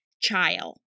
child